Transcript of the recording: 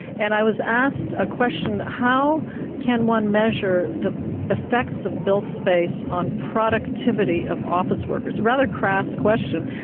and i was asked a question how can one measure the effects of built space on productivity of office workers? a rather crass question.